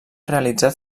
realitzat